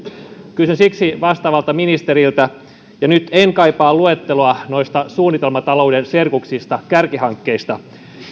kysyn siksi vastaavalta ministeriltä ja nyt en kaipaa luetteloa noista suunnitelmatalouden serkuksista kärkihankkeista